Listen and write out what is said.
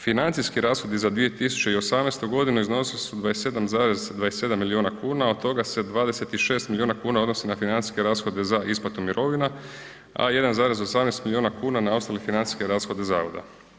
Financijski rashodi za 2018.g. iznosili su 27,27 milijuna kuna, od toga se 26 milijuna kuna odnosi na financijske rashode za isplatu mirovina, a 1,18 milijuna kuna na ostale financijske rashode zavoda.